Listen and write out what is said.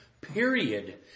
period